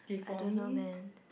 I don't know man